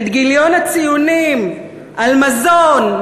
את גיליון הציונים על מזון,